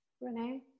Renee